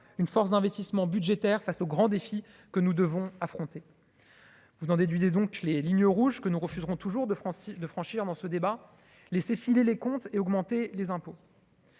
une force d'investissements budgétaires face aux grands défis que nous devons affronter. Vous des du des, donc les lignes rouges que nous refuserons toujours de France de franchir dans ce débat, laisser filer les comptes et augmenter les impôts.